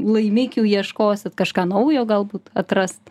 laimikių ieškosit kažką naujo galbūt atrast